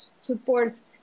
supports